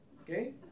okay